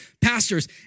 pastors